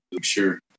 sure